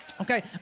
Okay